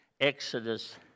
Exodus